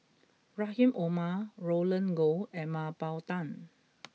Rahim Omar Roland Goh and Mah Bow Tan